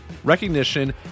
Recognition